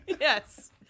Yes